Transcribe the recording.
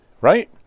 right